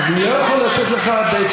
למה?